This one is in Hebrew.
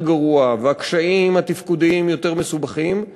גרוע והקשיים התפקודיים יותר מסובכים,